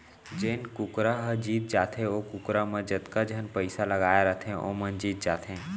जेन कुकरा ह जीत जाथे ओ कुकरा म जतका झन पइसा लगाए रथें वो मन जीत जाथें